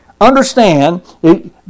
understand